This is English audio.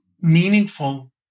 meaningful